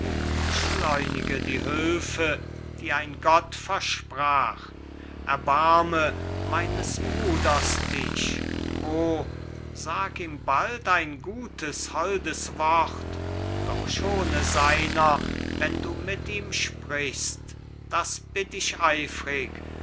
beschleunige die hülfe die ein gott versprach erbarme meines bruders dich o sag ihm bald ein gutes holdes wort doch schone seiner wenn du mit ihm sprichst das bitt ich eifrig